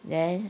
then